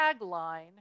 tagline